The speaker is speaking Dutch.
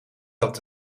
dat